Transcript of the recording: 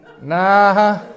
Nah